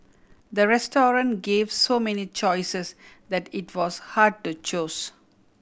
the restaurant gave so many choices that it was hard to choose